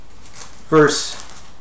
verse